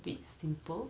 it's simple